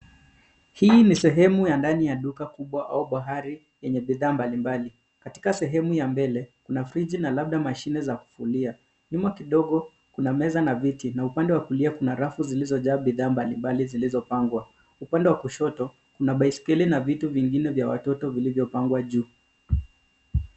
Hii ni sehemu ya ndani ya duka kubwa au kwa hari yenye bidhaa mbalimbali, katika sehemu ya mbele kuna frichi na labda mashine za kufulia, nyuma kidogo kuna meza na viti na upande wa kulia kuna rafu zilizojaa bidhaa mbali mbali zilizopangwa, upande wa kushoto kuna baiskeli na vitu vingine vya watoto vilivyo pangwa juu.